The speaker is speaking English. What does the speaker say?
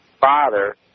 father